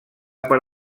per